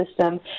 system